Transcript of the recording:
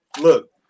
Look